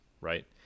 right